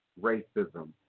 racism